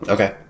Okay